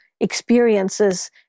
experiences